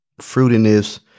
fruitiness